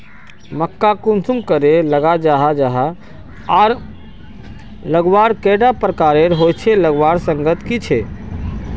मक्का कुंसम करे लगा जाहा जाहा आर लगवार कैडा प्रकारेर होचे लगवार संगकर की झे?